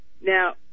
Now